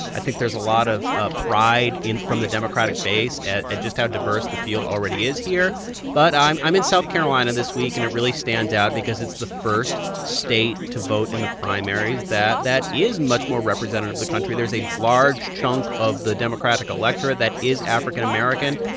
i think there's a lot of ah pride from the democratic base at at just how diverse the field already is here but i'm i'm in south carolina this week, and it really stands out because it's the first state to vote in the primaries, that that is much more representative of the country. there's a large chunk of the democratic electorate that is african-american.